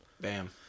Bam